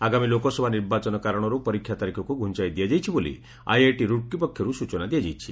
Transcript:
ଆଗାମୀ ଲୋକସଭା ନିର୍ବାଚନ କାରଣରୁ ପରୀକ୍ଷା ତାରିଖକୁ ଘୁଞ୍ଚାଇ ଦିଆଯାଇଛି ବୋଲି ଆଇଆଇଟି ରୁର୍କି ପକ୍ଷରୁ ସ୍ଚନା ଦିଆଯାଇଛି